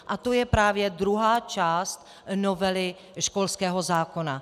A to je právě druhá část novely školského zákona.